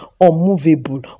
unmovable